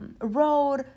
road